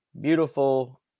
beautiful